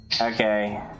Okay